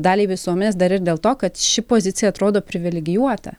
daliai visuomenės dar ir dėl to kad ši pozicija atrodo privilegijuota